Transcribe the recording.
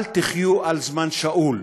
אל תחיו על זמן שאול.